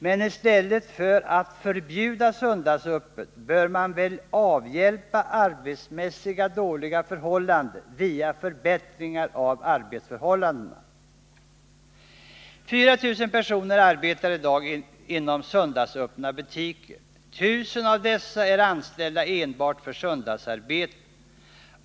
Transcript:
Men i stället för att förbjuda söndagsöppet bör man väl avhjälpa arbetsmässigt dåliga förhållanden. 4 000 personer arbetar i dag inom söndagsöppna butiker. 1 000 av dessa är anställda enbart för söndagsarbete.